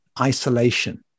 isolation